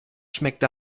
schmeckt